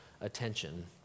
attention